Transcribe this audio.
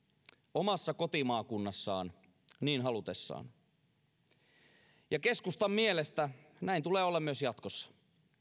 omassa kotimaakunnassaan niin halutessaan keskustan mielestä näin tulee olla myös jatkossa